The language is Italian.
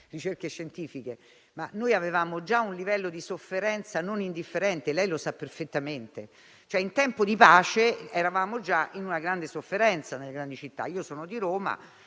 ricerche scientifiche, ma avevamo già un livello di sofferenza non indifferente, e lei lo sa perfettamente: in tempo di pace eravamo già in grande sofferenza nelle grandi città. Io sono di Roma